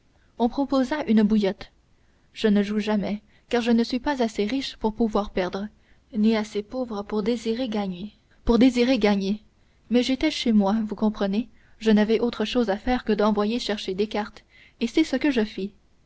on proposa une bouillotte je ne joue jamais car je ne suis pas assez riche pour pouvoir perdre ni assez pauvre pour désirer gagner mais j'étais chez moi vous comprenez je n'avais autre chose à faire que d'envoyer chercher des cartes et c'est ce que je fis